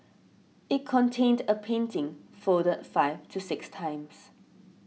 it contained a painting folded five to six times